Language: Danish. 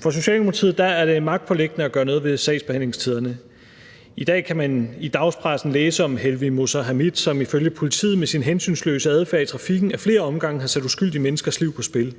For Socialdemokratiet er det magtpåliggende at gøre noget ved sagsbehandlingstiderne. I dag kan man i dagspressen læse om Helmi Mossa Hameed, som ifølge politiet med sin hensynsløse adfærd i trafikken af flere omgange har sat uskyldige menneskers liv på spil,